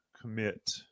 commit